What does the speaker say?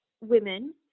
women